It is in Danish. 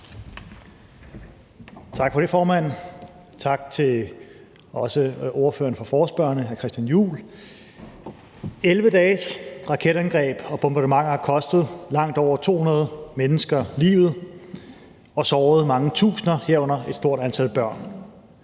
Tak for det, formand. Også tak til ordføreren for forespørgerne, hr. Christian Juhl. 11 dages raketangreb og bombardementer har kostet langt over 200 mennesker livet og har såret mange tusinder, herunder et stort antal børn.